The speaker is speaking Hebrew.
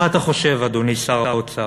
מה אתה חושב, אדוני שר האוצר,